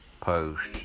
post